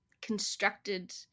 constructed